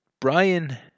Brian